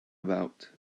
about